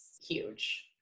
huge